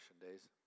days